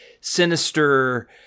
sinister